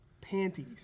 panties